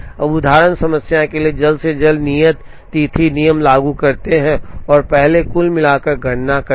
अब उदाहरण समस्या के लिए जल्द से जल्द नियत तिथि नियम लागू करते हैं और पहले कुल मिलाकर गणना करते हैं